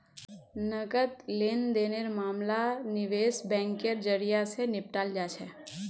नकद लेन देनेर मामला निवेश बैंकेर जरियई, स निपटाल जा छेक